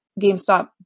GameStop